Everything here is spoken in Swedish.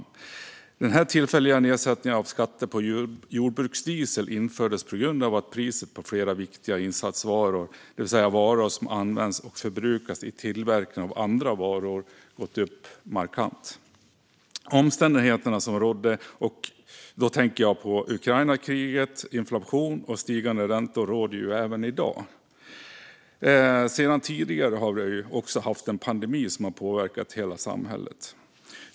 Jo, den här tillfälliga nedsättningen av skatter på jordbruksdiesel infördes på grund av att priset på flera viktiga insatsvaror, det vill säga varor som används och förbrukas vid tillverkning av andra varor, gått upp markant. Omständigheterna som rådde då - Ukrainakriget, inflation och stigande räntor - råder ju även i dag. Vi har också tidigare haft en pandemi som påverkat hela samhället.